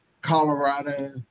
Colorado